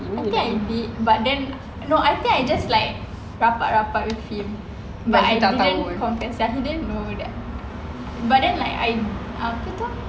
I think I did but then no I think I just like rapat-rapat with him but I didn't confess ya he didn't know that but then like I apa tu